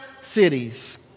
cities